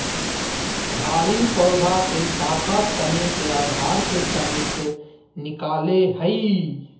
झाड़ी पौधा के शाखा तने के आधार के समीप से निकलैय हइ